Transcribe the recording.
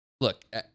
look